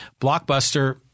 Blockbuster